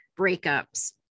breakups